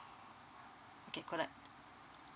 okay correct